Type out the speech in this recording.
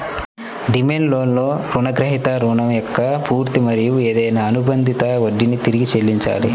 demand లోన్లో రుణగ్రహీత రుణం యొక్క పూర్తి మరియు ఏదైనా అనుబంధిత వడ్డీని తిరిగి చెల్లించాలి